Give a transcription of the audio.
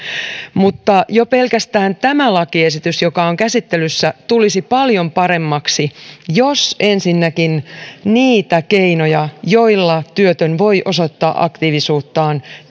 mutta jo pelkästään tämä lakiesitys joka on käsittelyssä tulisi paljon paremmaksi jos ensinnäkin niitä keinoja joilla työtön voi osoittaa aktiivisuuttaan